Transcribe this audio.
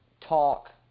talk